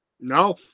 No